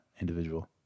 individual